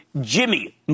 Jimmy